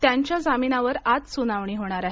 त्यांच्या जामिनावर आज सुनावणी होणार आहे